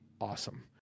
awesome